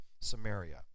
Samaria